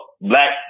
black